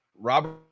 Robert